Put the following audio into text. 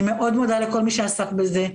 אני מודה מאוד לכל מי שעסק בזה,